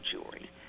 jewelry